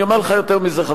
אני אומר לך יותר מזה.